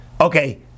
okay